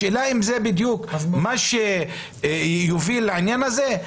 השאלה אם זה בדיוק מה שיוביל לעניין הזה.